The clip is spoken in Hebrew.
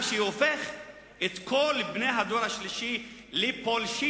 מה שהופך את כל בני הדור השלישי לפולשים,